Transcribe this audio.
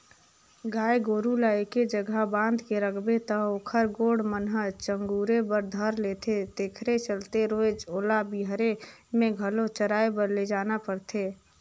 गाय गोरु ल एके जघा बांध के रखबे त ओखर गोड़ मन ह चगुरे बर धर लेथे तेखरे चलते रोयज ओला बहिरे में घलो चराए बर लेजना परथे